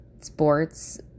sports